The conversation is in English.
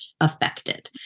affected